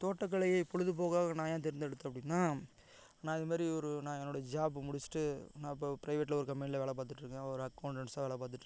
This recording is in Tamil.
தோட்டக்கலையை பொழுபோக்காக நான் ஏன் தேர்ந்தெடுத்தேன் அப்படின்னா நான் இதுமாதிரி ஒரு நான் என்னுடைய ஜாப் முடிச்சிவிட்டு நான் இப்போ பிரைவேட்டில ஒரு கம்பெனியில வேலை பார்த்துட்டுருக்கேன் ஒரு அக்கௌண்டண்ஸாக வேலை பார்த்துட்டுருக்கேன்